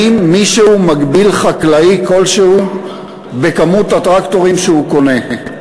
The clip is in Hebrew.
האם מישהו מגביל חקלאי כלשהו בכמות הטרקטורים שהוא קונה?